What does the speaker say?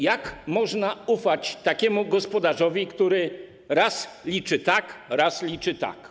Jak można ufać takiemu gospodarzowi, który raz liczy tak, raz liczy tak.